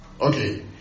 Okay